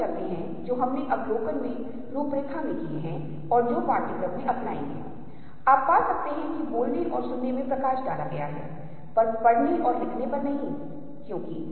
इस मामले में जब हमने कुछ चीजें पूरी कर ली हैं तो हमने फॉर्म अनुभूति और गहराई की अनुभूति की मूल बातों के बारे में जान लिया है शायद यह विचार थोड़ा बेहतर होगा कि ऐसा क्यों होता है